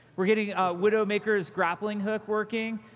we're getting widowmaker's grappling hook working.